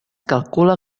calcula